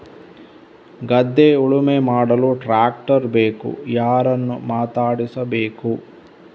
ಗದ್ಧೆ ಉಳುಮೆ ಮಾಡಲು ಟ್ರ್ಯಾಕ್ಟರ್ ಬೇಕು ಯಾರನ್ನು ಮಾತಾಡಿಸಬೇಕು?